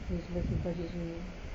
ni semua tukar